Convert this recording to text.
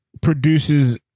produces